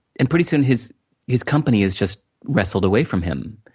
and pretty soon, his his company is just wrestled away from him.